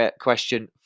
question